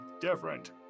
different